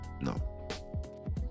No